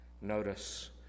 Notice